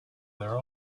their